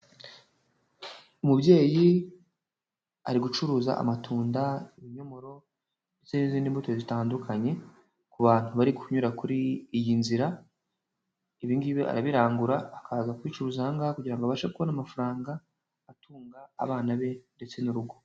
Umubyeyi ari gucuruza amatunda, ibinyomoro ndetse n'izindi mbuto zitandukanye ku bantu bari kunyura kuri iyi nzira. ibingibi arabirangura akaza kubicuruza ahangaha kugira abashe kubona amafaranga atunga abana be ndetse n'urugo.